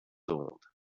old